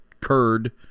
curd